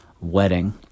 wedding